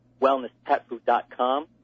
wellnesspetfood.com